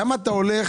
למה אתה הולך,